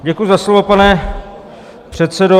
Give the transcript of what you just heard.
Děkuji za slovo, pane předsedo.